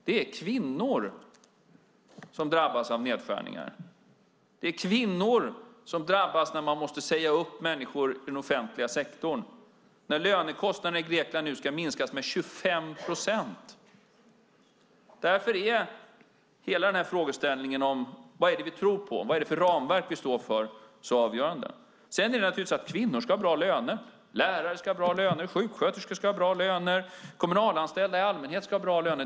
Det är kvinnor som drabbas av nedskärningar. Det är kvinnor som drabbas när man måste säga upp människor i den offentliga sektorn när lönekostnaderna i Grekland nu ska minskas med 25 procent. Därför är hela frågeställningen om vad vi tror på och vilket ramverk vi står för så avgörande. Kvinnor ska naturligtvis ha bra löner. Lärare och sjuksköterskor ska ha bra löner. Kommunalanställda i allmänhet ska ha bra löner.